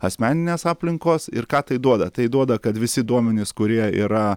asmeninės aplinkos ir ką tai duoda tai duoda kad visi duomenys kurie yra